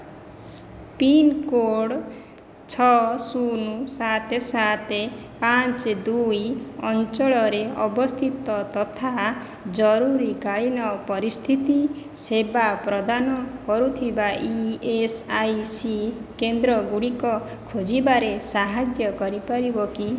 pincode ଛଅ ଶୂନ ସାତ ସାତ ପାଞ୍ଚ ଦୁଇ ଅଞ୍ଚଳରେ ଅବସ୍ଥିତ ତଥା ଜରୁରୀକାଳୀନ ପରିସ୍ଥିତି ସେବା ପ୍ରଦାନ କରୁଥିବା ଇ ଏସ୍ ଆଇ ସି କେନ୍ଦ୍ରଗୁଡ଼ିକ ଖୋଜିବାରେ ସାହାଯ୍ୟ କରିପାରିବ କି